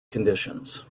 conditions